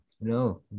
no